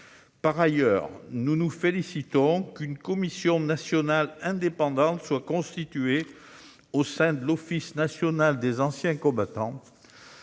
Par ailleurs, nous nous félicitons qu'une commission nationale indépendante soit constituée au sein de l'Office national des anciens combattants